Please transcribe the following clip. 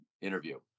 interview